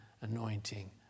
anointing